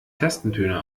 tastentöne